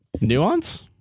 Nuance